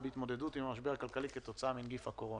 בהתמודדות עם המשבר הכלכלי כתוצאה מנגיף הקורונה.